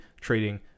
trading